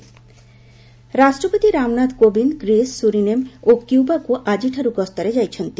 president visit ରାଷ୍ଟ୍ରପତି Ramnath Kovind Greece Suriname ଓ କ୍ୟୁବାକୁ ଆଜିଠାରୁ ଗସ୍ତରେ ଯାଇଛନ୍ତି